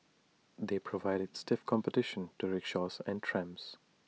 they provided stiff competition to rickshaws and trams